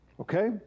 Okay